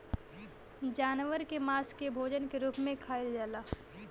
जानवर के मांस के भोजन के रूप में खाइल जाला